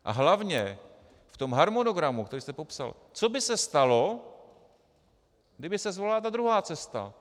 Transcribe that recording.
A hlavně v tom harmonogramu, který jste popsal, co by se stalo, kdyby se zvolila ta druhá cesta?